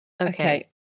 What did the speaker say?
Okay